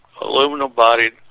Aluminum-bodied